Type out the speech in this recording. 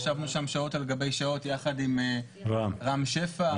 ישבנו שם שעות על גבי שעות יחד עם רם שפע,